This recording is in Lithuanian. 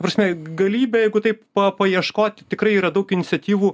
ta prasme galybė jeigu taip pa paieškoti tikrai yra daug iniciatyvų